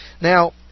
Now